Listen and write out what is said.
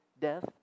death